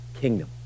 kingdom